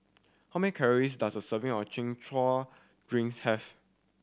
how many calories does a serving of Chin Chow have